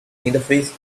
interface